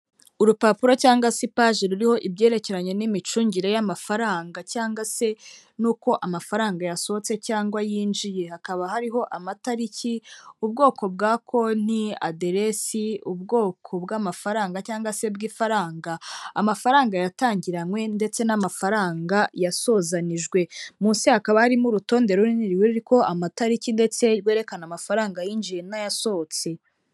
Urupapuro cyangwa se ipage ruriho ibyerekeranye n'imicungire y'amafaranga, cyangwa se n'uko amafaranga yasohotse cyangwa yinjiye. Hakaba hariho amatariki, ubwoko bwa konti, aderesi, ubwoko bw'amafaranga cyangwa se bw'ifaranga, amafaranga yatangiranwe, ndetse n'amafaranga yasozanijwe. Munsi hakaba harimo urutonde runini ruriho amatariki, ndetse rwerekana amafaranga yinji n'ayasohotse.